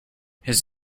his